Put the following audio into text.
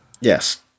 yes